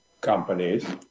companies